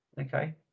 okay